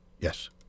Yes